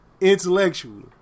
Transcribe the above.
intellectually